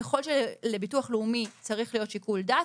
ככל שלביטוח הלאומי צריך להיות שיקול דעת,